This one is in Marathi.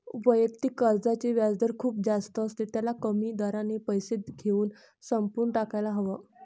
वैयक्तिक कर्जाचे व्याजदर खूप जास्त असते, त्याला कमी दराने पैसे घेऊन संपवून टाकायला हव